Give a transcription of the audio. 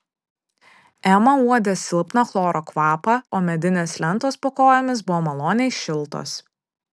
ema uodė silpną chloro kvapą o medinės lentos po kojomis buvo maloniai šiltos